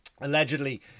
allegedly